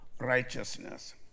Righteousness